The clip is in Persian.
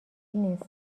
نیست